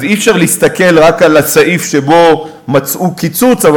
אז אי-אפשר להסתכל רק על הסעיף שבו מצאו קיצוץ אבל